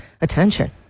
attention